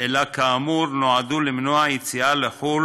אלא כאמור נועדו למנוע יציאה לחו"ל